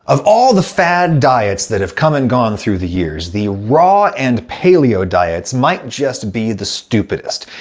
of all the fad diets that have come and gone through the years, the raw and paleo diets might just be the stupidest.